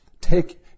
Take